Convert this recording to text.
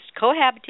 cohabitate